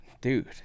dude